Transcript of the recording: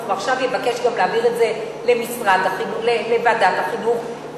ועכשיו גם יבקש להעביר את זה לוועדת החינוך,